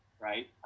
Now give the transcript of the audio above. right